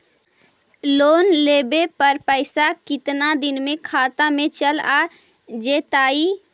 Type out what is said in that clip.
Loan लेब पर पैसा कितना दिन में खाता में चल आ जैताई?